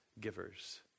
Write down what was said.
givers